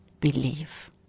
believe